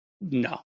No